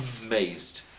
amazed